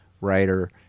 writer